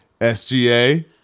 SGA